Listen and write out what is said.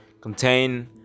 contain